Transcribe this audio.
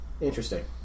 interesting